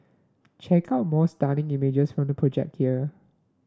check out more stunning images from the project here